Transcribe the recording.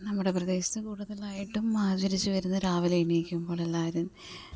നമ്മുടെ പ്രദേശത്തു കൂടുതലായിട്ടും ആചരിച്ചു വരുന്ന രാവിലെ എണീക്കുമ്പോളെല്ലാവരും